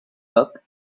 book